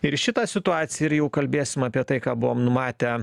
ir šitą situaciją ir jau kalbėsim apie tai ką buvome numatę